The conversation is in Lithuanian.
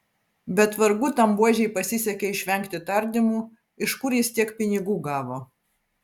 bet vargu tam buožei pasisekė išvengti tardymų iš kur jis tiek pinigų gavo